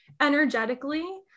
energetically